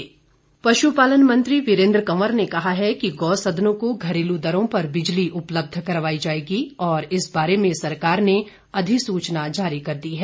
वीरेन्द्र कंवर पुशपालन मंत्री वीरेन्द्र कंवर ने कहा है कि गौ सदनों को घरेलू दरों पर बिजली उपलब्ध करवाई जाएगी और इस बारे में सरकार ने अधिसूचना जारी कर दी है